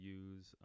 use